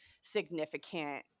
significant